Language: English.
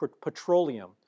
petroleum